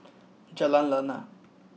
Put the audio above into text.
Jalan Lana